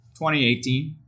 2018